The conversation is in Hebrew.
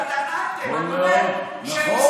אלא טענה שהם מסתננים,